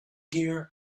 gear